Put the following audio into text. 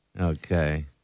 Okay